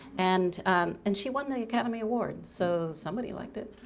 and and she won the academy award, so somebody liked it.